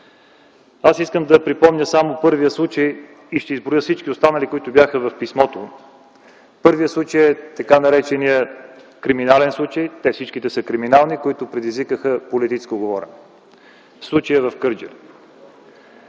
Аз искам да припомня само първия случай и ще изброя всички останали, които бяха в писмото. Първият случай е така нареченият криминален случай – те всички са криминални, които предизвикаха политическо говорене. Случаят в Кърджали.